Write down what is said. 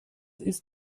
ist